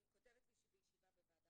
היא כותבת לי שהיא בישיבה בוועדה